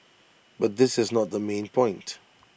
but this is not the main point